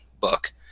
book